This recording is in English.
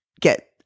get